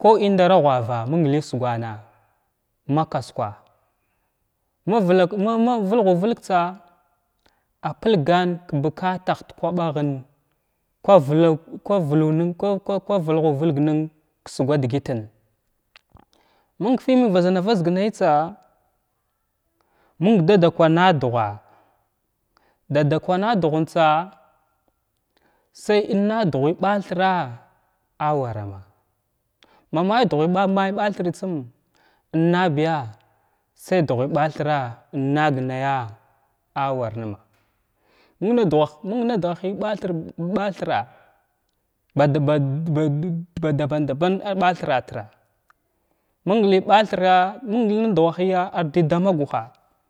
ku indara ghwava məng ləy sugwana ma kwaskwa mavakku məng məng ma vəlghu vəlgtsa a pəlgan ka bukatah da kwaɓah da kwaɓaghan ma kwas vhnəng kwa kwa vəlghu vəlg nən ksuga dəgətən məng film vazana vazgnatsa məng daha lawa nadugha dada kwa nadghənts say inna dughy ɓa thira a warama may may dughay may ma bathiritsim inna biya say dughy ba thira innag naya awar nama məng na dughaha məng na dughaha ɓathira ɓathira ɓad ɓadum ba daban daban ar bathiratir məng ləy ɓathira məng ləy dughaya ar də dama gula.